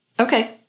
Okay